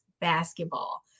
basketball